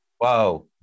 Wow